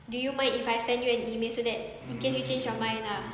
do you mind if I send you an email so that incase you change your mind